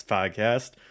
Podcast